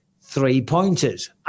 three-pointers